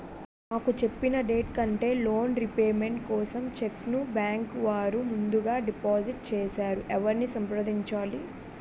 నాకు చెప్పిన డేట్ కంటే లోన్ రీపేమెంట్ కోసం చెక్ ను బ్యాంకు వారు ముందుగా డిపాజిట్ చేసారు ఎవరిని సంప్రదించాలి?